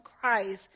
cries